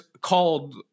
called